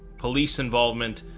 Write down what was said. police involvement,